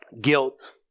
Guilt